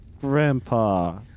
Grandpa